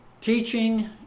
Teaching